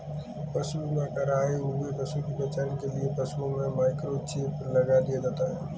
पशु बीमा कर आए हुए पशु की पहचान के लिए पशुओं में माइक्रोचिप लगा दिया जाता है